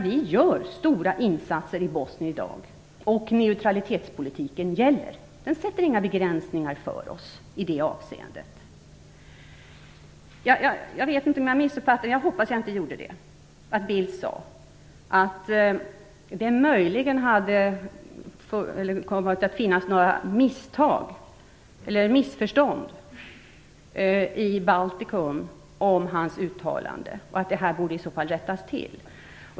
Vi gör stora insatser i Bosnien i dag, samtidigt som neutralitetspolitiken gäller. Den sätter inga begränsningar för oss i det avseendet. Jag vet inte om jag missuppfattade vad Carl Bildt sade. Jag hoppas inte det. Han menade att det möjligen hade uppstått missförstånd i Baltikum om hans uttalande och att det i så fall borde rättas till.